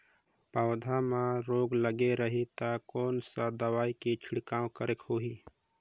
पौध मां रोग लगे रही ता कोन सा दवाई के छिड़काव करेके होही?